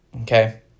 Okay